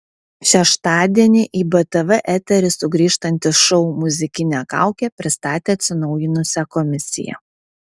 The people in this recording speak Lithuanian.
šeštadienį į btv eterį sugrįžtantis šou muzikinė kaukė pristatė atsinaujinusią komisiją